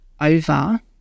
over